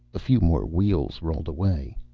a few more wheels rolled away.